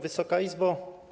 Wysoka Izbo!